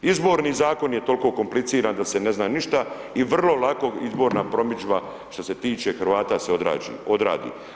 Izborni zakon je toliko kompliciran da se ne zna ništa i vrlo lako izborna promidžba što se tiče Hrvata se odradi.